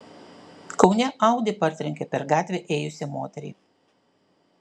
kaune audi partrenkė per gatvę ėjusią moterį